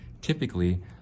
typically